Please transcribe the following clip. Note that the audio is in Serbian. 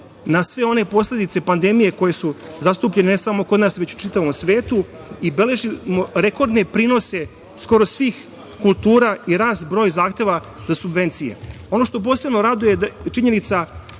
na sve one posledice pandemije koje su zastupljene ne samo kod nas, već i u čitavom svetu i beležimo rekordne prinose skoro svih kultura i rast broja zahteva za subvencije. Ono što posebno raduje jeste činjenica